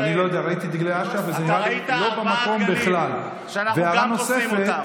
אתה ראית ארבעה דגלים, וגם אנחנו פוסלים אותם.